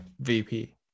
VP